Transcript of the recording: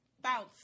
bounce